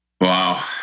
Wow